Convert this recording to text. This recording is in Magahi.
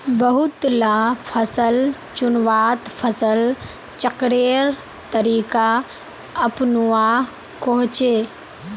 बहुत ला फसल चुन्वात फसल चक्रेर तरीका अपनुआ कोह्चे